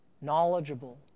Knowledgeable